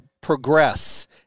progress